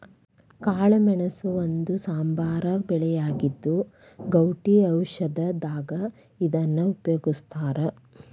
ಕಾಳಮೆಣಸ ಒಂದು ಸಾಂಬಾರ ಬೆಳೆಯಾಗಿದ್ದು, ಗೌಟಿ ಔಷಧದಾಗ ಇದನ್ನ ಉಪಯೋಗಸ್ತಾರ